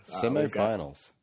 Semifinals